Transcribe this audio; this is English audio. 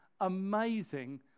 amazing